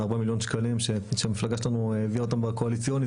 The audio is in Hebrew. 4 מיליון שקלים שהמפלגה שלנו הביאה אותם בקואליציוני,